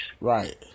Right